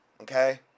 okay